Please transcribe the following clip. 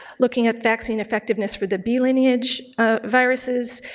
looking at vaccine effectiveness for the b lineage viruses,